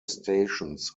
stations